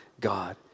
God